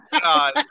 God